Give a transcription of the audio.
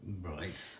Right